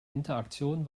interaktion